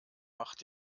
macht